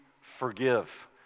forgive